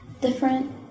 different